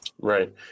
Right